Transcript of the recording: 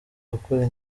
gukora